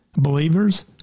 Believers